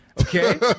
Okay